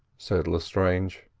said lestrange.